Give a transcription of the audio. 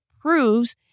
proves